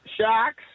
Sharks